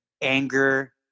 anger